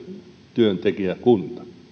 työntekijäkunta